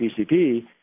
PCP